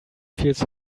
feels